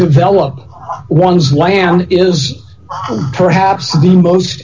develop one's land is perhaps the most